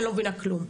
אני לא מבינה כלום.